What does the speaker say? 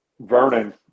Vernon